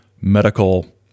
medical